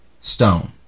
stone